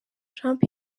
trump